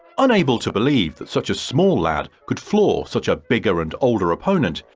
unable to believe that such a small lad could floor such a bigger and older opponent,